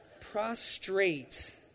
prostrate